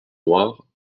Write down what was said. noire